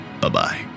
Bye-bye